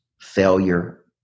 failure